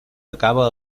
acaba